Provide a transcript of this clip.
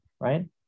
right